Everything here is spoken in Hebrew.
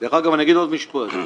אומר עוד משפט.